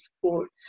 support